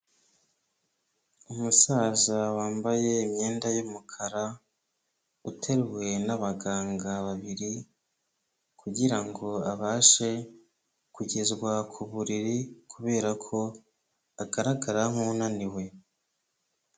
Umusaza wambaye imyenda y'umukara uteruwe n'abaganga babiri kugirango abashe kugezwa ku buriri kubera ko agaragara nk'unaniwe.